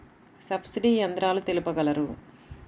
Subsidy యంత్రాలు తెలుపగలరు?